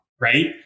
right